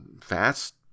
fast